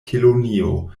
kelonio